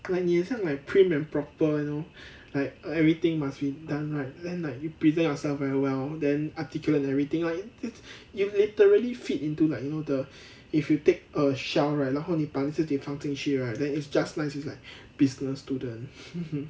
like 你很像 like prim and proper you know like everything must be done right then like you present yourself very well then articulate and everything you literally fit into like you know the if you take a shell right 然后你把自己放进去 right then is just nice is like business student